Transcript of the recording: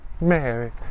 mary